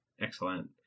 Excellent